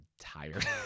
tired